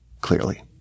clearly